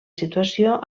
situació